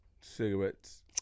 cigarettes